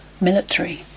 military